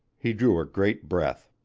he drew a great breath.